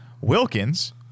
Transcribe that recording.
Wilkins